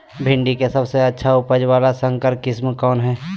भिंडी के सबसे अच्छा उपज वाला संकर किस्म कौन है?